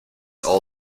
all